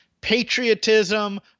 patriotism